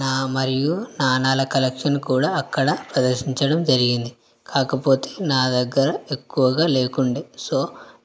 నా మరియు నాణేల కలెక్షన్ కూడా అక్కడ ప్రదర్శించడం జరిగింది కాకపోతే నా దగ్గర ఎక్కువగా లేకుండేవి సో